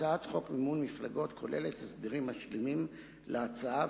הצעת חוק מימון מפלגות כוללת הסדרים משלימים להצעה,